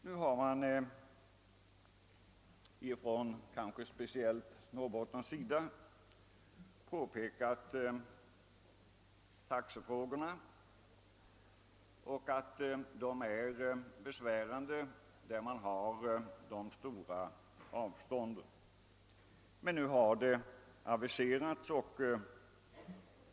Av representanter från speciellt Norrbotten har påpekats att taxefrågan är betydelsefull särskilt i de delar av landet där avstånden mellan tätorterna är långa.